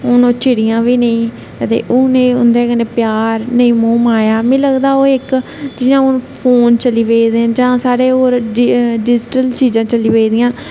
हून ओह् चिड़ियां बी नेईं ते हून एह् उंदे कन्ने प्यार नेईं मोह् माया मिगी लगदा ओह इक जियां हून फोन चली पेदे ना जां साढ़े ओह् डिजिटल चीजां चली पेदियां ते